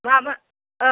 मामोन औ